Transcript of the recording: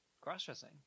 cross-dressing